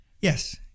Yes